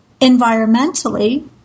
environmentally